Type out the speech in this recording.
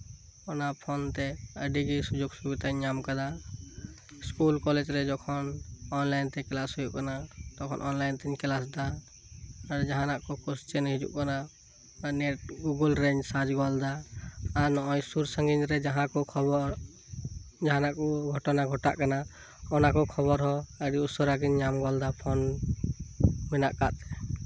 ᱚᱱᱟ ᱯᱷᱳᱱᱛᱮ ᱟᱹᱰᱤ ᱜᱮ ᱥᱩᱡᱳᱜ ᱥᱩᱵᱤᱛᱟᱧ ᱧᱟᱢ ᱟᱠᱟᱫᱟ ᱥᱠᱩᱞ ᱠᱚᱞᱮᱡᱽ ᱨᱮ ᱚᱱᱟᱞᱟᱭᱤᱱ ᱛᱮ ᱠᱮᱞᱟᱥ ᱦᱩᱭᱩᱜ ᱠᱟᱱᱟ ᱛᱚᱠᱷᱚᱱ ᱚᱱᱞᱟᱭᱚᱱ ᱛᱤᱧ ᱠᱮᱞᱟᱥ ᱮᱫᱟ ᱡᱟᱦᱟᱱᱟᱜ ᱠᱳᱥᱪᱮᱱ ᱦᱤᱡᱩᱜ ᱠᱟᱱᱟ ᱱᱮᱴ ᱜᱩᱜᱳᱞ ᱨᱤᱧ ᱥᱟᱨᱪ ᱜᱚᱫ ᱮᱫᱟ ᱟᱨ ᱚᱱᱮ ᱥᱩᱨ ᱥᱟᱹᱜᱤᱧ ᱨᱮ ᱡᱟᱦᱟᱸ ᱠᱚ ᱠᱷᱚᱵᱚᱨ ᱡᱟᱦᱟᱱᱟᱜ ᱠᱚ ᱜᱷᱚᱴᱚᱱᱟ ᱜᱷᱚᱴᱟᱜ ᱠᱟᱱᱟ ᱚᱱᱟ ᱠᱚ ᱠᱷᱚᱵᱚᱨ ᱦᱚᱸ ᱟᱹᱰᱤ ᱩᱥᱟᱹᱨᱟ ᱜᱤᱧ ᱧᱟᱢ ᱜᱚᱫ ᱮᱫᱟ ᱯᱷᱳᱱ ᱢᱮᱱᱟᱜ ᱠᱟᱫ ᱛᱮ